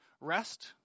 rest